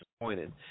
disappointed